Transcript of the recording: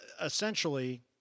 essentially